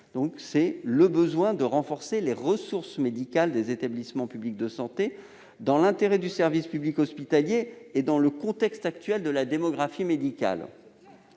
de contribuer au « renforcement des ressources médicales des établissements publics de santé dans l'intérêt du service public hospitalier et dans le contexte actuel de la démographie médicale